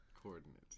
Coordinates